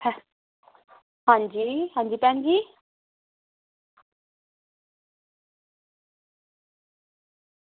आं जी आं जी भैन जी